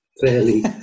fairly